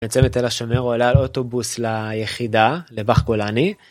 יוצר תל השומר שומר עולה על אוטובוס ליחידה לבאח גולני.